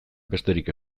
besterik